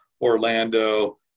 Orlando